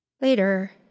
Later